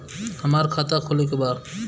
हमार खाता खोले के बा?